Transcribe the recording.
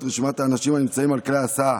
את רשימת האנשים הנמצאים על כלי ההסעה.